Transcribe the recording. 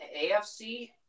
AFC